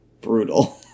brutal